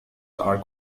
are